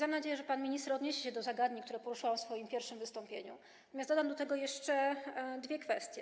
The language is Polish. Mam nadzieję, że pan minister odniesie się do zagadnień, które poruszyłam w swoim pierwszym wystąpieniu, a dodam do tego jeszcze dwie kwestie.